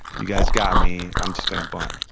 you guys got me, i'm just going to bunt.